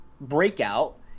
breakout